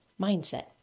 mindset